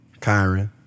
Kyron